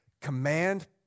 command